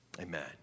Amen